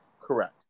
correct